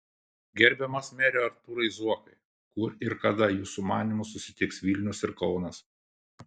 gerbiamas mere artūrai zuokai kur ir kada jūsų manymu susitiks vilnius ir kaunas